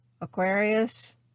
Aquarius